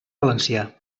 valencià